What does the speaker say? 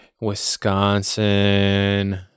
Wisconsin